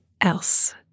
else